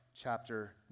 chapter